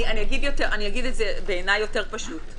אני אגיד את זה בעיניי יותר פשוט.